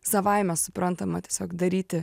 savaime suprantama tiesiog daryti